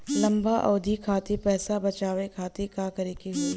लंबा अवधि खातिर पैसा बचावे खातिर का करे के होयी?